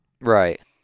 Right